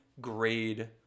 grade